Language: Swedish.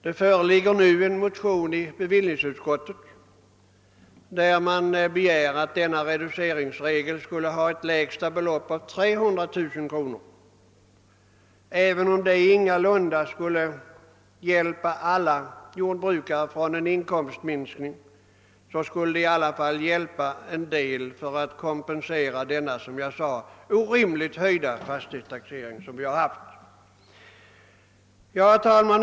Det behandlas nu i bevillningsutskottet en motion där man begär att deppa reduceringsregel skulle få ett lägsta - lopp av 300 000 kronor. Även om detta ingalunda skulle hjälpa alla jordbrukare att undgå en inkomstminskning skulle det utgöra en viss kompensation för de orimligt höjda fastighetsvärdena som jordbruket har fått vidkännas. Herr talman!